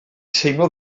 teimlo